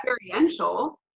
experiential